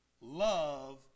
Love